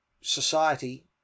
society